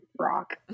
rock